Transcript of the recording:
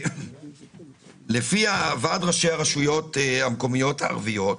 לפי ועד ראשי הרשויות המקומיות הערביות,